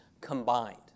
combined